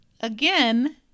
again